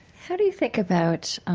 how do you think about